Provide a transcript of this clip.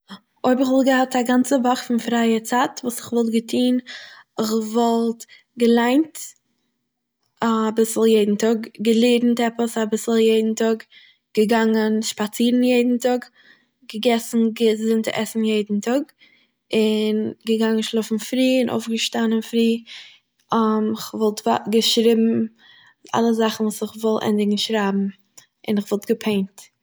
אויב איך וואלט געהאט א גאנצע וואך פון פרייע צייט וואס איך וואלט געטוהן? איך וואלט געליינט אביסל יעדן טאג, געלערנט עפעס אביסל יעדן טאג, געגאנגען שפאצירן יעדן טאג, געגעסן געזונטע עסן יעדן טאג, און געגאנגען שלאפן פרי און אויפגעשטאנען פרי, איך וואלט געשריבן אלע זאכן וואס איך וויל ענדיגן שרייבן, און איך וואלט געפעינט